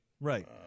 Right